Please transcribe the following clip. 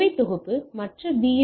சேவை தொகுப்பு மற்ற பி